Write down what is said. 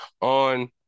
on